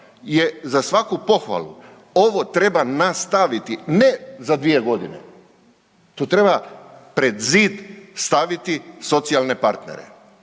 je za svaku pohvalu, ovo treba nastaviti ne za 2 godine, to treba pred zid staviti socijalne partnere.